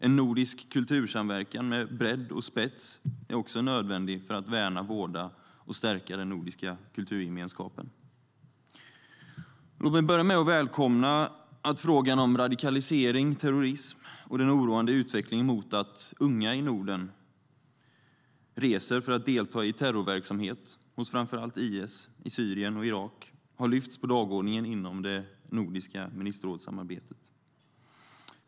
En nordisk kultursamverkan med bredd och spets är också nödvändig för att värna, vårda och stärka den nordiska kulturgemenskapen. Låt mig börja med att välkomna att frågan om radikalisering, terrorism och den oroande utvecklingen mot att unga i Norden reser för att delta i terrorverksamhet hos framför allt IS i Syrien och Irak har lyfts upp på dagordningen inom det nordiska samarbetet.